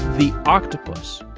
the octopus,